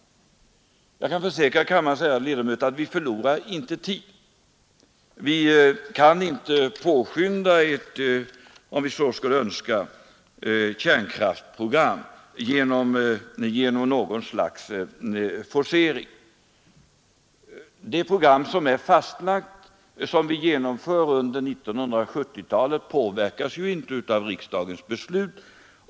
Jag kan försäkra kammarens ärade ledamöter att vi förlorar inte tid. Vi kan inte, om vi så skulle önska, påskynda kärnkraftprogrammet genom något slags forcering. Det program som är fastlagt och som vi genomför under 1970-talet påverkas inte av riksdagens beslut.